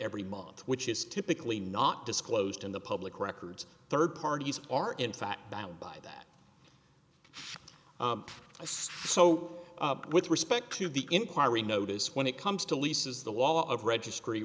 every month which is typically not disclosed in the public records third parties are in fact bound by that so with respect to the inquiry notice when it comes to leases the wall of registry